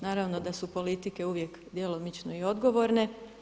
Naravno da su politike uvijek djelomično i odgovorne.